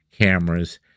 cameras